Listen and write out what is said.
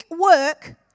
work